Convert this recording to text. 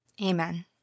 Amen